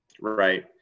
Right